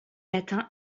atteint